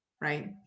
right